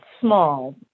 small